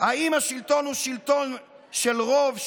האם השלטון הוא שלטון של רוב,